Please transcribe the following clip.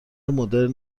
مدرن